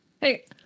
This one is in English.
hey